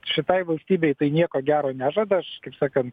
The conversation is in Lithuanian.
šitai valstybei tai nieko gero nežada aš kaip sakant